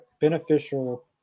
beneficial